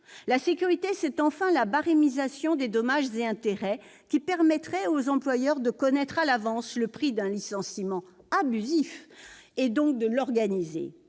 La sécurité, c'est enfin, selon vous, la barémisation des dommages et intérêts, qui permettra aux employeurs de connaître à l'avance le prix d'un licenciement abusif, et donc de l'organiser.